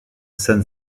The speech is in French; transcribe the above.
san